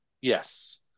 Yes